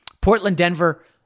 Portland-Denver